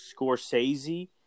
Scorsese